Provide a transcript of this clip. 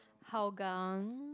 Hougang